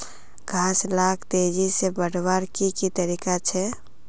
घास लाक तेजी से बढ़वार की की तरीका छे?